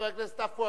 חבר הכנסת עפו